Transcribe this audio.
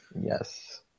Yes